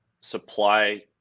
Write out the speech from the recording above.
supply